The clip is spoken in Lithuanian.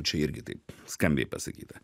čia irgi taip skambiai pasakyta